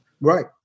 Right